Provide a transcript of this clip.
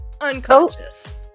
Unconscious